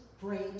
great